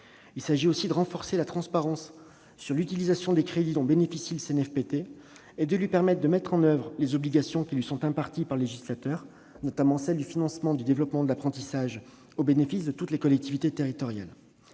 Il s'agit aussi de renforcer la transparence sur l'utilisation des crédits dont bénéficie le CNFPT et de lui permettre de mettre en oeuvre les obligations prévues par le législateur, notamment le financement du développement de l'apprentissage, au bénéfice de toutes les collectivités territoriales.